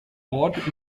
ort